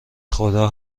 خدا